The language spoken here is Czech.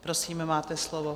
Prosím, máte slovo.